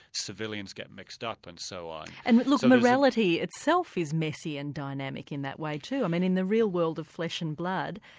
civilians get mixed up and so on. and look morality itself is messy and dynamic in that way too. i mean in the real world of flesh and blood,